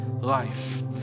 life